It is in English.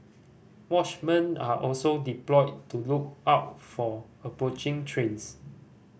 watchmen are also deployed to look out for approaching trains